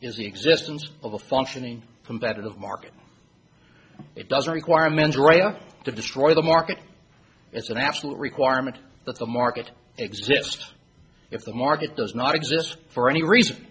is the existence of a functioning competitive market it doesn't require a men's right to destroy the market it's an absolute requirement that the market exists if the market does not exist for any reason